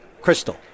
Crystal